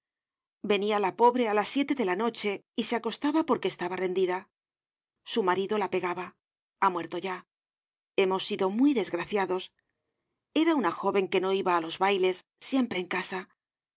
vista venia la pobre á las siete de la noche y se acostaba porque estaba rendida su marido la pegaba ha muerto ya hemos sido muy desgraciados era una jóven que no iba álos bailes siempre en casa